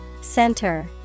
Center